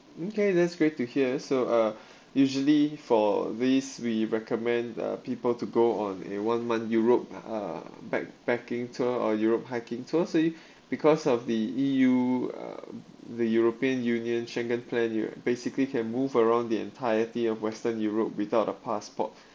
okay that's great to hear so uh usually for this we recommend uh people to go on a one month europe uh backpacking tour or europe hiking tour say because of the E_U uh the european union plan you basically can move around the entirety of western europe without a passport